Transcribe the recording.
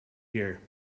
here